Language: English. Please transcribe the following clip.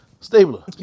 Stabler